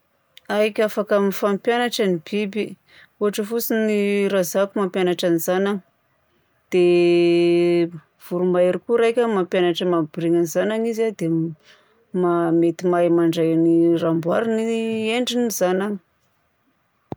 Aiky, afaka mifampianatra ny biby. Ohatra fotsiny ny rajako mampianatra ny zanany. Dia voromahery koa raika mampianatra mampiboriana ny zanany izy a dia ma- mety mahay mandray ny raha amboariny ny endrin'ny zanany.